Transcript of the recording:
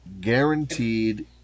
guaranteed